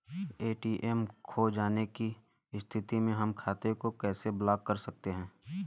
ATM खो जाने की स्थिति में हम खाते को कैसे ब्लॉक कर सकते हैं?